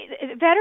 veterans